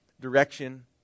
direction